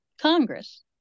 Congress